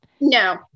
No